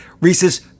Reese's